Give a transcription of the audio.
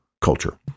culture